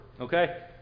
okay